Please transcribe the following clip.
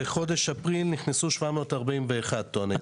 באפריל נכנסו 741 טועני זכאות.